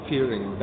Fearing